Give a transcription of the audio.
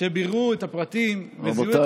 שביררו את הפרטים וזיהו את הנפטר,